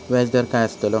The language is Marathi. व्याज दर काय आस्तलो?